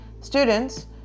Students